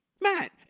Matt